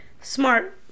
Smart